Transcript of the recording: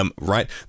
right